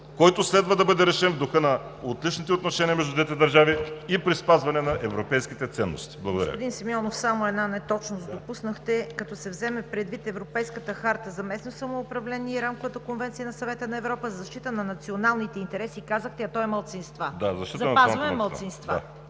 който следва да бъде решен в духа на отличните отношения между двете държави и при спазване на европейските ценности.“ Благодаря